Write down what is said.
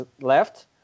left